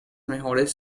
mejores